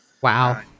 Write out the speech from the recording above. Wow